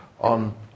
on